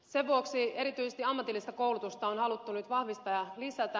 sen vuoksi erityisesti ammatillista koulutusta on haluttu nyt vahvistaa ja lisätä